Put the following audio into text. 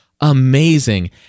amazing